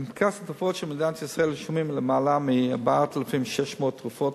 בפנקס התרופות של מדינת ישראל רשומות למעלה מ-4,600 תרופות,